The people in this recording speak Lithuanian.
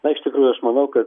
na iš tikrųjų aš manau kad